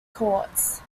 courts